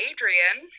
Adrian